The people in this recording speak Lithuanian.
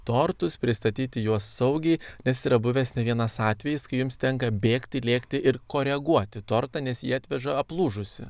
tortus pristatyti juos saugiai nes yra buvęs ne vienas atvejis kai jums tenka bėgti lėkti ir koreguoti tortą nes jį atveža aplūžusį